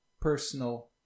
personal